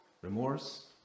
Remorse